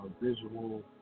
visual